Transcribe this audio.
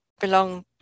belong